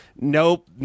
nope